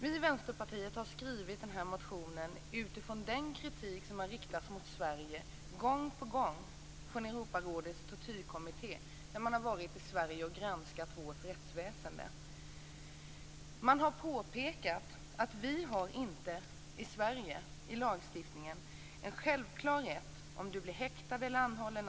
Vi i Vänsterpartiet har skrivit motionen utifrån den kritik som gång på gång har riktats mot Sverige från Europarådets tortyrkommitté när de har varit i Sverige och granskat vårt rättsväsende. De har påpekat att enligt den svenska lagstiftningen finns det inte någon självklar rätt att kontakta anhöriga om man blir häktad eller anhållen.